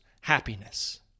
happiness